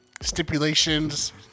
Stipulations